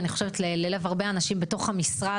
אני חושבת שהוא קרוב ללב הרבה אנשים בתוך המשרד.